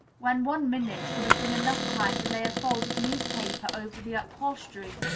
when one minute would have been enough time to lay a folded newspaper over the upholstery,